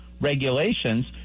regulations